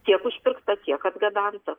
tiek užpirkta tiek atgabenta